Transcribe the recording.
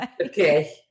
Okay